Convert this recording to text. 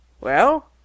Well